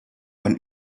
man